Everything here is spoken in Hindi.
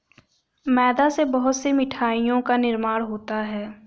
मैदा से बहुत से मिठाइयों का निर्माण होता है